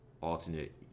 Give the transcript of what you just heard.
alternate